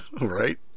right